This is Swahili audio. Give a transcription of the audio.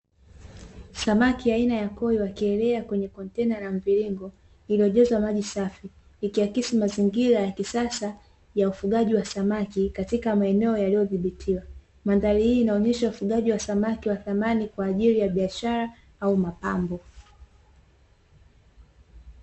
Samaki aina ya koi wakielea kwenye kontena la mviringo lililojazwa maji safi, likiakisi mazingira yakisasa ya ufugaji wa samaki katika maeneo yaliyodhibitiwa, mandhari hii inaonyesha ufugaji wa samaki wa thamani kwaajili ya biashara au mapambo.